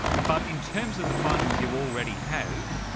but in terms of the findings you already have,